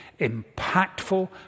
impactful